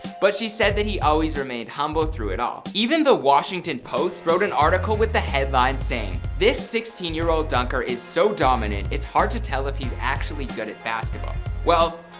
but she said that he always remained humble through it all. even the washington post wrote an article with the headline this sixteen year old dunker is so dominant, it's hard to tell if he's actually good at basketball well,